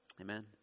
Amen